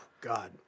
God